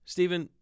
Stephen